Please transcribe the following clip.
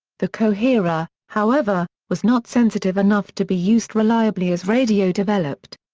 the coherer, however, was not sensitive enough to be used reliably as radio developed.